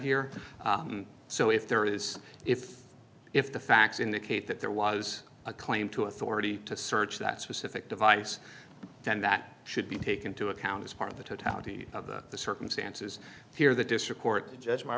here so if there is if if the facts indicate that there was a claim to authority to search that specific device then that should be take into account as part of the totality of the circumstances here the district court judge m